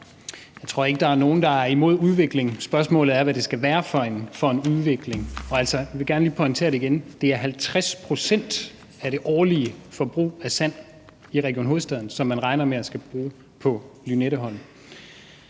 Jeg tror ikke, der er nogen, der er imod udvikling. Spørgsmålet er, hvad det skal være for en udvikling. Altså, jeg vil gerne lige pointere igen: Det er 50 pct. af det årlige forbrug af sand i Region Hovedstaden, som man regner med at skulle bruge på Lynetteholm.